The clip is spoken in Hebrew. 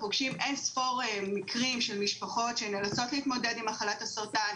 פוגשים אין-ספור מקרים של משפחות שנאלצות להתמודד עם מחלת הסרטן.